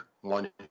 one